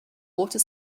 water